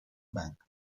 bank